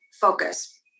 focus